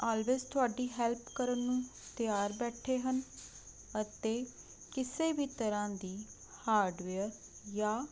always ਤੁਹਾਡੀ help ਕਰਨ ਨੂੰ ਤਿਆਰ ਬੈਠੇ ਹਨ ਅਤੇ ਕਿਸੇ ਵੀ ਤਰ੍ਹਾਂ ਦੀ ਹਾਰਡਵੇਅਰ ਜਾਂ